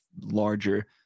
larger